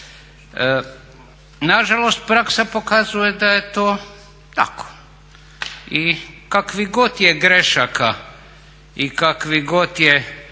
Na žalost praksa pokazuje da je to tako i kakvih god je grešaka i kakvih god je